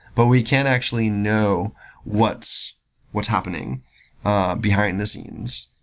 but we can actually know what's what's happening ah behind the scenes.